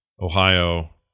Ohio